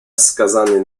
wskazany